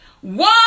One